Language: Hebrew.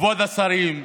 כבוד השרים,